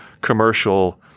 commercial